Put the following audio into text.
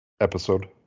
episode